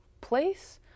place